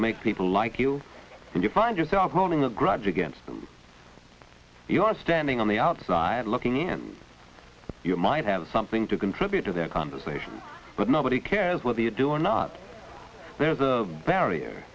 to make people like you and you find yourself holding a grudge against them you are standing on the outside looking in you might have something to contribute to the conversation but nobody cares whether you do or not there's a barrier